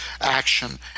action